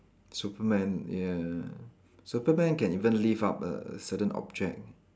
superman ya superman can even lift up a certain object